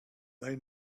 they